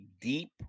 deep